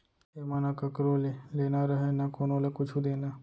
एमा न कखरो ले लेना रहय न कोनो ल कुछु देना